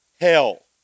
hell